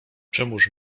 czemuż